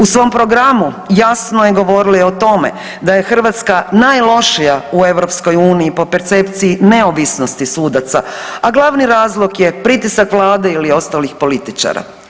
U svom programu jasno je govorila o tome da je Hrvatska najlošija u EU po percepciji neovisnosti sudaca, a glavni razlog je pritisak Vlade ili ostalih političara.